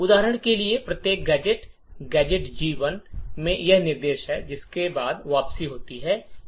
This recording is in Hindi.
उदाहरण के लिए प्रत्येक गैजेट गैजेट G1 में यह निर्देश है जिसके बाद वापसी होती है